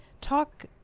Talk